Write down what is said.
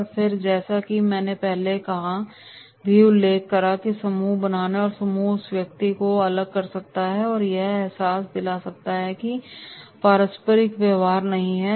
और फिर जैसा कि मैंने पहले भी उल्लेख किया है कि हमें समूह बनाना है समूह उस व्यक्ति को अलग कर सकता है और उसे यह एहसास दिला सकता है कि यह पारस्परिक व्यवहार नहीं है